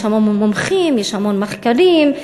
ויש המון מומחים ומחקרים.